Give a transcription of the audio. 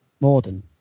Morden